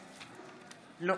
לא.